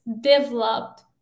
developed